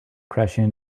crashing